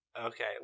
Okay